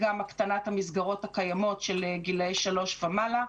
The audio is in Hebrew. הקטנת המסגרות הקיימות של גילי שלוש ומעלה.